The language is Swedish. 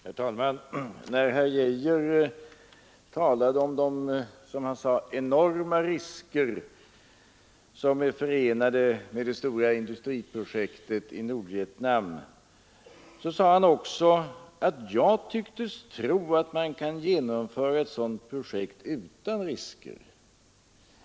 Herr talman! När herr Arne Geijer i Stockholm talade om de som han sade enorma risker som är förenade med det stora industriprojektet i Nordvietnam, menade han också att jag tycktes tro att man kan genomföra ett sådant projekt utan risker.